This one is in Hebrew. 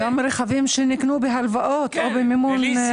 גם רכבים שניקנו בהלוואות או במימון.